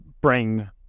bring